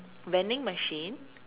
vending machine